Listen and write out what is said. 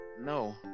no